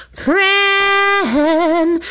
friend